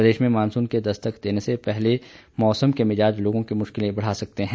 प्रदेश में मानसून के दस्तक देने से पहले मौसम के मिजाज लोगों की मुश्किलें बढ़ा सकते हैं